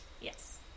Yes